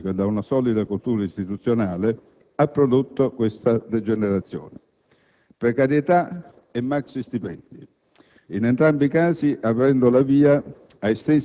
perché le due cose si tengono insieme: precarietà e maxistipendi sono espressione del medesimo fenomeno che io ritengo degenerativo.